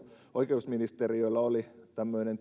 oikeusministeriöllä oli tämmöinen